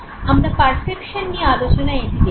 আমরা পারসেপশন নিয়ে আলচনায় এটি দেখেছি